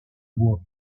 bois